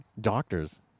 doctors